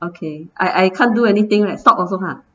okay I I can't do anything right stop also can't ah